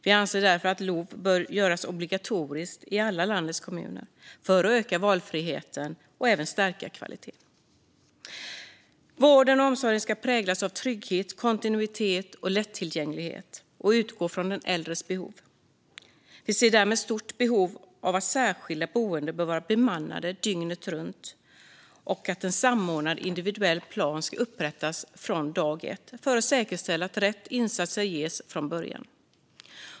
Vi anser därför att LOV bör göras obligatorisk i alla landets kommuner för att öka valfriheten och även stärka kvaliteten. Vården och omsorgen ska präglas av trygghet, kontinuitet och lättillgänglighet och utgå från den äldres behov. Vi ser därmed ett stort behov av att se till att särskilda boenden är bemannade dygnet runt och att en samordnad individuell plan upprättas från dag ett för att säkerställa att rätt insatser görs från början.